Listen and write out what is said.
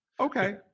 okay